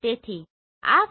તેથી આ flight line છે